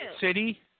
city